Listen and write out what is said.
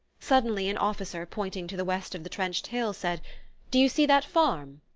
suddenly an officer, pointing to the west of the trenched hill said do see that farm?